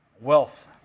Wealth